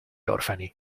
orfani